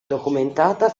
documentata